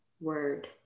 word